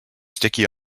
sticky